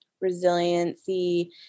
resiliency